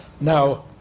Now